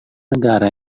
negara